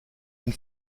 une